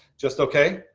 just okay?